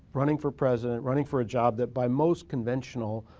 running for president, running for a job that by most conventional